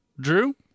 Drew